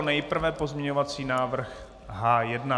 Nejprve pozměňovací návrh H1.